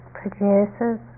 produces